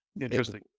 interesting